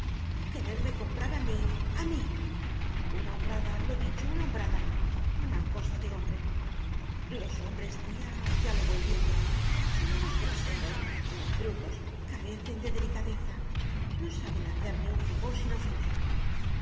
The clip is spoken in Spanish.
quererme comprar a mí a mí una hombrada lo dicho una hombrada una cosa de hombre los hombres tía ya lo voy viendo son unos groseros unos brutos carecen de delicadeza no saben hacer ni un favor sin ofender